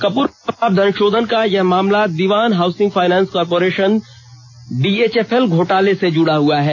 केप्रो के खिलाफ धन शोधन का यह मामला Dewan housing finance corporation DHFL घोटाले से जुड़ा है